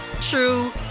true